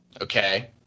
Okay